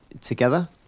together